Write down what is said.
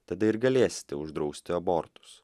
tada ir galėsite uždrausti abortus